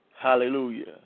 hallelujah